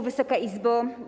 Wysoka Izbo!